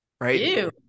Right